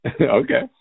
Okay